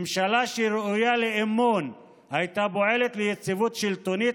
ממשלה שראויה לאמון הייתה פועלת ליציבות שלטונית,